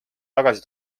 tagasi